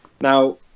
Now